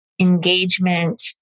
engagement